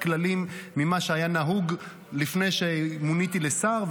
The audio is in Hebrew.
כללים ממה שהיה נהוג לפני שמוניתי לשר,